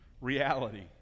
reality